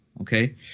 okay